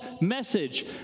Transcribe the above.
message